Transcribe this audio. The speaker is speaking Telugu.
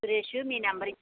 సురేషు మీ నెంబర్ ఇచ్చాడు